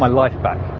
um life back